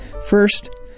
First